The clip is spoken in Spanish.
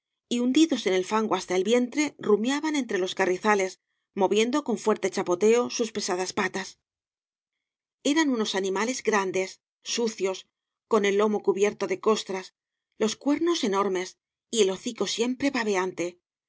y hundidos en el tango hasta el vientre rumiaban entre los carrizales moviendo con fuerte chapoteo sus pesadas patas eran unos animales grandes sucios con el lomo cubierto de costras los cuerncs enormes y el hocico siempre babeante